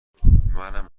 منم